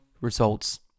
results